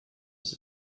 ist